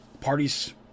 Parties